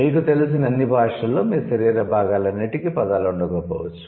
మీకు తెలిసిన అన్ని భాషలలో మీ శరీర భాగాలన్నింటికీ పదాలు ఉండకపోవచ్చు